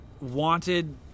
wanted